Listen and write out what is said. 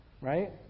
Right